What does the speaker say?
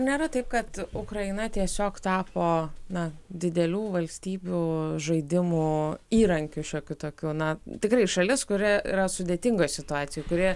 nėra taip kad ukraina tiesiog tapo na didelių valstybių žaidimų įrankiu šiokiu tokiu na tikrai šalis kuri yra sudėtingoj situacijoj kuri